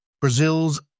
Brazil's